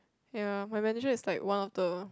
ya my manager is like one of the